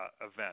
event